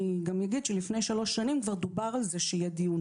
אני גם אגיד שכבר לפני שלוש שנים דובר על זה שיהיה דיון